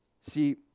See